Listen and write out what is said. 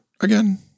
again